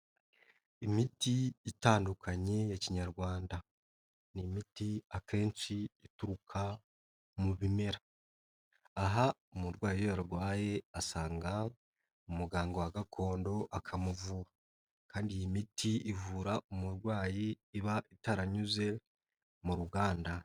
Imiti itandukanye ya kinyarwanda. Ni imiti akenshi ituruka mu bimera. Aha umurwayi iyo arwaye asanga umuganga wa gakondo akamuvura kandi iyi miti ivura umurwayi, iba itaranyuze mu ruganda.